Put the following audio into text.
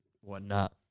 whatnot